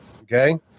Okay